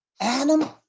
Adam